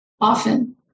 often